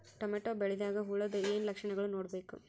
Tomato ಬೆಳಿದಾಗ್ ಹುಳದ ಏನ್ ಲಕ್ಷಣಗಳು ನೋಡ್ಬೇಕು?